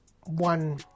one